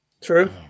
True